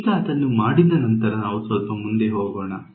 ಈಗ ಅದನ್ನು ಮಾಡಿದ ನಂತರ ನಾವು ಸ್ವಲ್ಪ ಮುಂದೆ ಹೋಗೋಣ